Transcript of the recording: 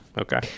Okay